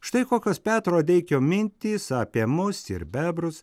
štai kokios petro adeikio mintys apie mus ir bebrus